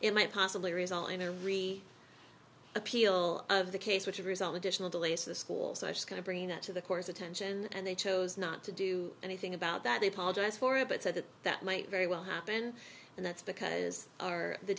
it might possibly result in a re appeal of the case which result additional delays the schools are just going to bring that to the courts attention and they chose not to do anything about that they apologize for it but said that that might very well happen and that's because our